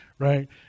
right